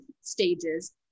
stages